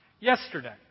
yesterday